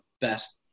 best